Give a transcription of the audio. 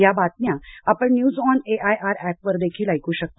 या बातम्या आपण न्यूज ऑन एआयआर ऍपवर देखील ऐक शकता